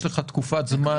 יש לך תקופת זמן